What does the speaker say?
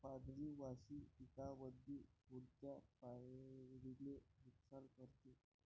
पांढरी माशी पिकामंदी कोनत्या पायरीले नुकसान करते?